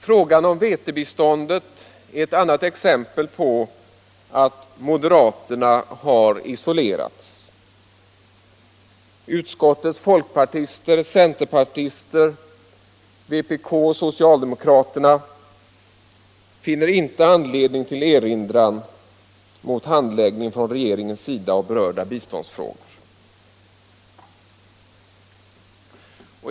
Frågan om vetebiståndet är ett annat exempel på att moderaterna har isolerats. Utskottets folkpartister, centerpartister, vpk:are och socialdemokrater finner inte anledning till någon erinran mot regeringens handläggning.